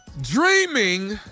Dreaming